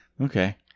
Okay